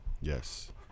Yes